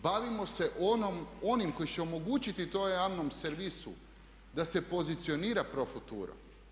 Bavimo se onim koji će omogućiti tom javnom servisu da se pozicionira pro futuro.